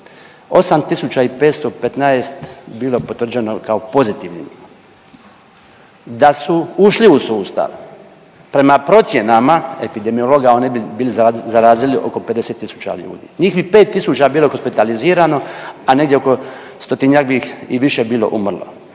515 je bilo potvrđeno kao pozitivnim. Da su ušli u sustav prema procjenama epidemiologa oni bi bili zarazili oko 50 tisuća ljudi, njih bi 5 tisuća bilo hospitalizirano, a negdje oko 100-njak bi ih i više bilo umrlo.